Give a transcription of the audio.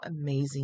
amazing